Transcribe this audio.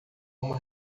uma